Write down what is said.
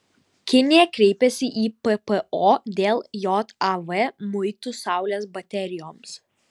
kinija kreipėsi į ppo dėl jav muitų saulės baterijoms